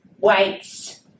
weights